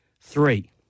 Three